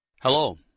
Hello